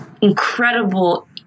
incredible